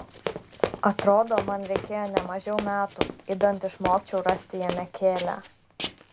atrodo man reikėjo ne mažiau metų idant išmokčiau rasti jame kėlią